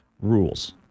rules